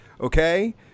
okay